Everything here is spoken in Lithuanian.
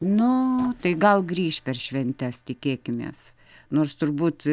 nu tai gal grįš per šventes tikėkimės nors turbūt